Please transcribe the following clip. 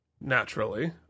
naturally